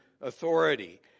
authority